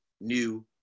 new